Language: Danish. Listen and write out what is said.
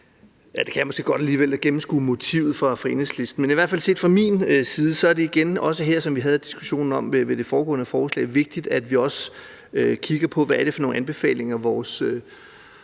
det kan jeg måske godt alligevel lidt gennemskue – motivet fra Enhedslisten, men set fra min side, er det i hvert fald vigtigt, som vi også havde diskussionen om ved det foregående forslag, at vi igen her kigger på, hvad det er for nogle anbefalinger vores